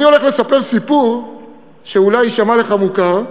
אני הולך לספר סיפור שאולי יישמע לך מוכר.